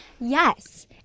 Yes